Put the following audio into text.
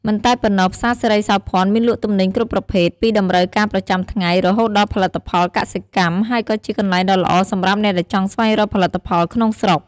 មិនតែប៉ុណ្ណោះផ្សារសិរីសោភ័ណមានលក់ទំនិញគ្រប់ប្រភេទ ពីតម្រូវការប្រចាំថ្ងៃ រហូតដល់ផលិតផលកសិកម្ម ហើយក៏ជាកន្លែងដ៏ល្អសម្រាប់អ្នកដែលចង់ស្វែងរកផលិតផលក្នុងស្រុក។